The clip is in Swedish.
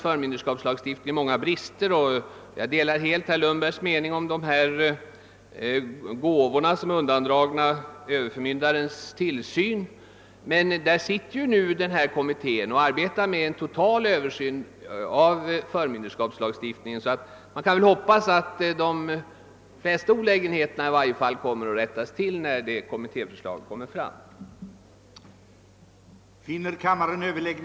Förmynderskapslagen har naturligtvis många brister, och jag delar helt herr Lundbergs uppfattning om gåvor som är undandragna överförmyndarens tillsyn. Men kommittén arbetar med en total översyn av förmynderskapslagen, så man kan väl hoppas att i varje fall de flesta olägenheterna rättas till när kommittéförslaget framläggs.